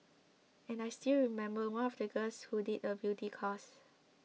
and I still remember one of the girls who did a beauty course